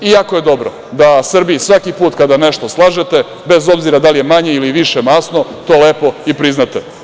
Jako je dobro da Srbiji svaki put kada nešto slažete, bez obzira da li je manje ili više masno, to lepo i priznate.